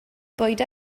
bwyd